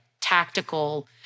tactical